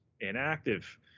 inactive